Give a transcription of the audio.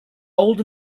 old